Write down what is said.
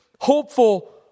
hopeful